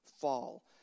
fall